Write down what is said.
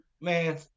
man